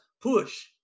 push